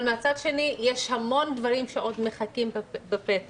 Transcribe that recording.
אבל מצד שני יש המון דברים שעוד מחכים בפתח.